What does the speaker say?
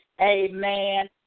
Amen